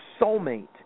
soulmate